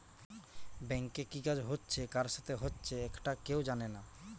ব্যাংকে কি কাজ হচ্ছে কার সাথে হচ্চে একটা কেউ জানে না